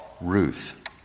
Ruth